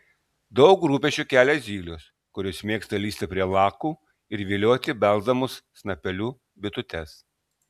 daug rūpesčių kelia zylės kurios mėgsta lįsti prie lakų ir vilioti belsdamos snapeliu bitutes